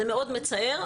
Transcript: זה מאוד מצער,